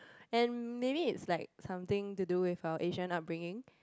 and maybe it's like something to do with our Asian upbringing